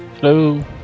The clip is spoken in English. Hello